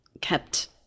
kept